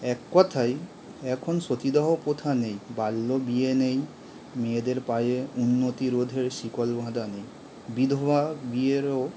এক কথায় এখন সতীদাহ প্রথা আর নেই বাল্য বিয়ে নেই মেয়েদের পায়ে উন্নতি রোধের শিকল বাঁধা নেই বিধবা বিয়েরও